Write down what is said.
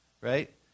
right